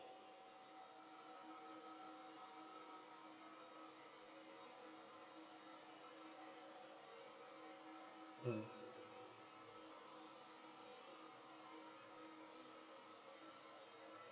mm